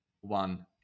one